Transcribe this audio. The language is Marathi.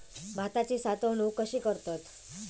भाताची साठवूनक कशी करतत?